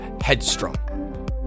Headstrong